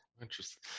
interesting